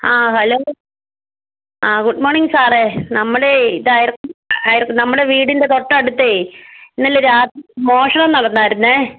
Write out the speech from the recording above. ആ ഹലോ ആ good morning സാറേ നമ്മുടെ ഇത് അയർ അയർക്കുന്ന് നമ്മുടെ വീടിൻ്റെ തൊട്ടടുത്തേ ഇന്നലെ രാത്രി മോഷണം നടന്നാരുന്നേ